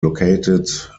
located